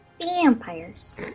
Vampires